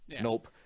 nope